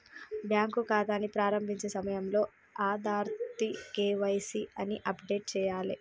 bank ఖాతాని ప్రారంభించే సమయంలో ఆధార్తో కేవైసీ ని అప్డేట్ చేయాలే